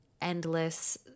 endless